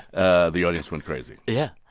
ah the audience went crazy yeah.